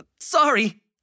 Sorry